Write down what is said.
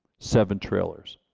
seven trailers.